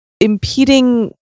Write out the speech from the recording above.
impeding